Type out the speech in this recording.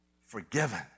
Forgiven